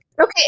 Okay